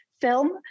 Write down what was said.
film